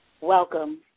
Welcome